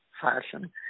fashion